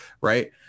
right